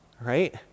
right